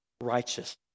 righteous